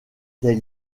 des